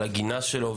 לגינה שלו.